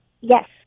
yes